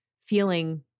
feeling